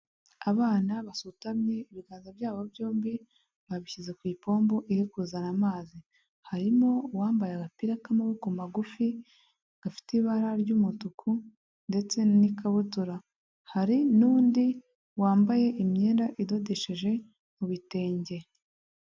Abana basutamye ibiganza byabo byombi babishyize ku ipombo iri kuzana amazi harimo uwambaye agapira k'amaboko magufi gafite ibara ry'umutuku ndetse n'ikabuturara, hari n'undi wambaye imyenda idodesheje mu bitenge.